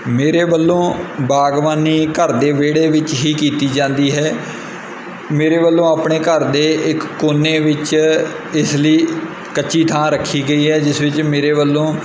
ਮੇਰੇ ਵੱਲੋਂ ਬਾਗਵਾਨੀ ਘਰ ਦੇ ਵਿਹੜੇ ਵਿੱਚ ਹੀ ਕੀਤੀ ਜਾਂਦੀ ਹੈ ਮੇਰੇ ਵੱਲੋਂ ਆਪਣੇ ਘਰ ਦੇ ਇੱਕ ਕੋਨੇ ਵਿੱਚ ਇਸ ਲਈ ਕੱਚੀ ਥਾਂ ਰੱਖੀ ਗਈ ਹੈ ਜਿਸ ਵਿੱਚ ਮੇਰੇ ਵੱਲੋਂ